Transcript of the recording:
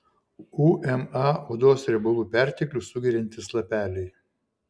uma odos riebalų perteklių sugeriantys lapeliai